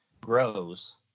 grows